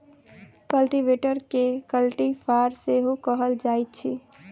कल्टीवेटरकेँ कल्टी फार सेहो कहल जाइत अछि